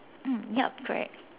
mm yup correct